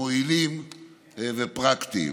מועילים ופרקטיים.